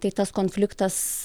tai tas konfliktas